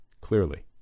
clearly